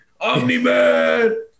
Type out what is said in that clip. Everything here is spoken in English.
Omni-man